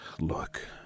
Look